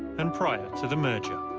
and prior to the merger.